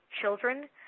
children